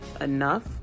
enough